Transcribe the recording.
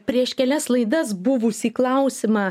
prieš kelias laidas buvusį klausimą